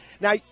Now